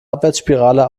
abwärtsspirale